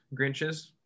Grinches